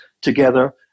together